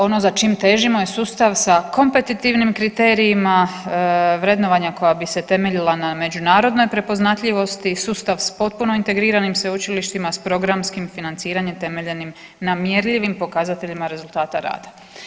Ono za čim težimo je sustav sa kompetitivnim kriterijima, vrednovanjima koja bi se temeljila na međunarodnoj prepoznatljivosti, sustav s potpuno integriranim sveučilištima, s programskim financiranjem temeljenim na mjerljivim pokazateljima rezultata rada.